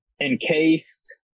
encased